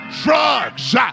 drugs